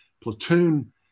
platoon